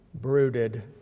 brooded